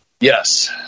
Yes